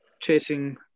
chasing